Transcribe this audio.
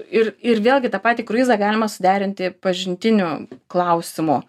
ir ir vėlgi tą patį kruizą galima suderinti pažintinių klausimų